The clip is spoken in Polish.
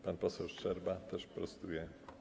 Pan poseł Szczerba też prostuje.